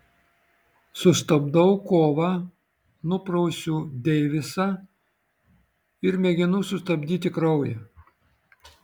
sustabdau kovą nuprausiu deivisą ir mėginu sustabdyti kraują